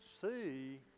see